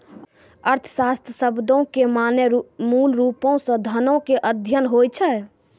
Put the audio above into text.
अर्थशास्त्र शब्दो के माने मूलरुपो से धनो के अध्ययन होय छै